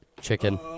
Chicken